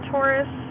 Taurus